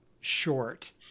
short